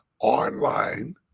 Online